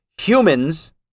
humans